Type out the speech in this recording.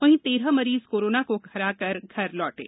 वहीं तेरह मरीज कोरोना का हराकर घर लौटे